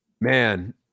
man